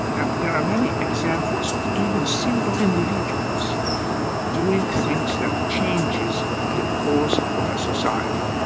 and there are many examples of even single individuals doing things that changes the course of a society